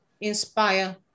inspire